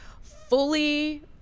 fully